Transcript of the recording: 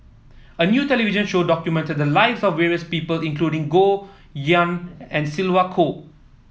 a new television show documented the lives of various people including Goh Yihan and Sylvia Kho